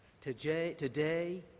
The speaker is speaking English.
Today